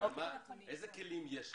איזה כלים יש לכם?